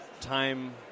time